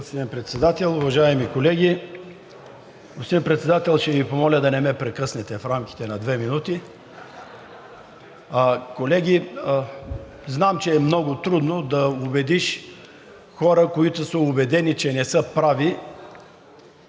Уважаеми колеги! Господин Председател, ще Ви помоля да не ме прекъснете в рамките на две минути. Колеги, знам, че е много трудно да убедиш хора, които са убедени, че не са прави,